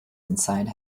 inside